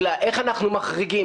"איך אנחנו מחריגים",